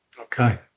Okay